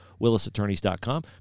willisattorneys.com